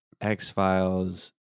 X-Files